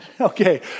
Okay